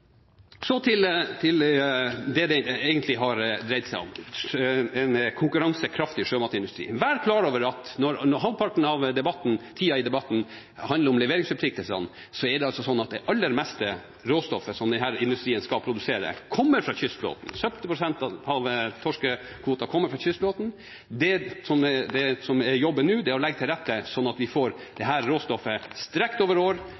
Så til det det egentlig har dreid seg om: en konkurransekraftig sjømatindustri. Vær klar over at selv om halvparten av tida i debatten har handlet om leveringsforpliktelsene, kommer det aller meste av råstoffet som denne industrien skal foredle, fra kystflåten – 70 pst. av torskekvoten kommer fra kystflåten. Det som er jobben nå, er å legge til rette sånn at vi får dette råstoffet strukket over